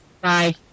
bye